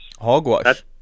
hogwash